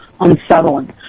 unsettling